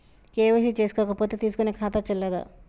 KYC చేసుకోకపోతే తీసుకునే ఖాతా చెల్లదా?